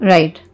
Right